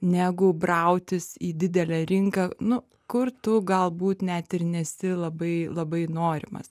negu brautis į didelę rinką nu kur tu galbūt net ir nesi labai labai norimas